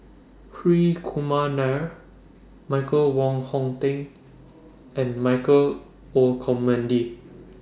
Hri Kumar Nair Michael Wong Hong Teng and Michael Olcomendy